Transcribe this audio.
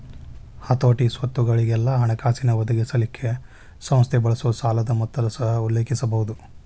ಹತೋಟಿ, ಸ್ವತ್ತುಗೊಳಿಗೆಲ್ಲಾ ಹಣಕಾಸಿನ್ ಒದಗಿಸಲಿಕ್ಕೆ ಸಂಸ್ಥೆ ಬಳಸೊ ಸಾಲದ್ ಮೊತ್ತನ ಸಹ ಉಲ್ಲೇಖಿಸಬಹುದು